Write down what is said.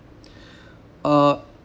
uh